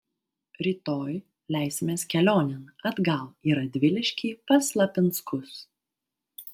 rytoj leisimės kelionėn atgal į radviliškį pas lapinskus